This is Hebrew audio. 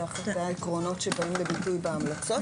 זה אחד העקרונות שבא לביטוי בהמלצות.